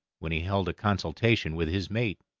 when he held a consultation with his mate,